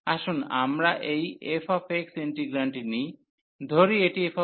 আসুন আমরা এই f ইন্টিগ্রান্ডটি নিই ধরি এটি f